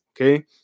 okay